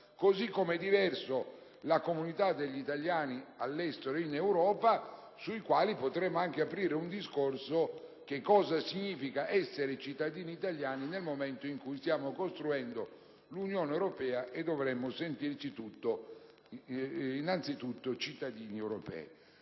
così com'è diversa la comunità degli italiani all'estero in Europa, sui quali potremmo aprire un discorso su cosa significhi essere cittadini italiani nel momento in cui stiamo costruendo l'Unione europea e dovremmo sentirci innanzitutto cittadini europei.